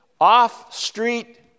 off-street